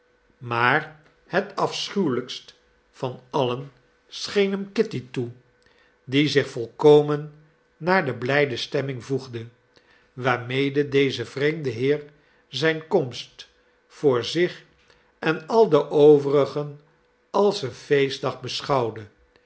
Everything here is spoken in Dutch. maar het afschuwelijkst van allen scheen hem kitty toe die zich volkomen naar de blijde stemming voegde waarmede deze vreemde heer zijn komst voor zich en al de overigen als een feestdag beschouwde